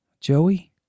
Joey